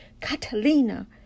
Catalina